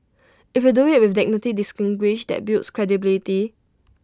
if you do IT with dignity distinguished that builds credibility